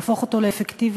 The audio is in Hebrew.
להפוך אותו לאפקטיבי,